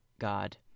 God